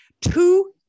Two